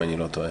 אם אני לא טועה,